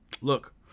Look